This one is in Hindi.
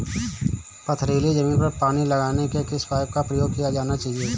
पथरीली ज़मीन पर पानी लगाने के किस पाइप का प्रयोग किया जाना चाहिए?